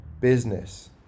business